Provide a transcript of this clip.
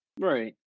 Right